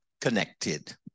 connected